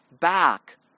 back